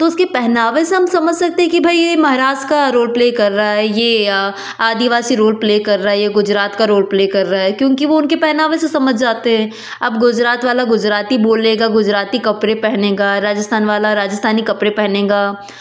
तो उसके पहनावे से हम समझ सकते हैं कि भाई ये महाराष्ट्र का रोल प्ले कर रहा है ये आदिवासी रोल प्ले कर रहा है ये गुजरात का रोल प्ले कर रहा है क्योंकि वो उनके पहनावे से समझ जाते हैं अब गुजरात वाला गुजराती बोलेगा गुजराती कपड़े पहनेगा राजस्थान वाला राजस्थानी कपड़े पहनेगा